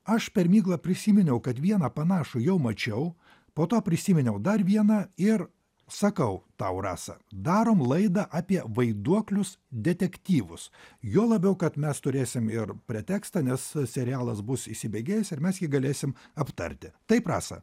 aš per miglą prisiminiau kad vieną panašų jau mačiau po to prisiminiau dar vieną ir sakau tau rasa darom laidą apie vaiduoklius detektyvus juo labiau kad mes turėsim ir pretekstą nes serialas bus įsibėgėjęs ir mes jį galėsim aptarti taip rasa